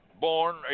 born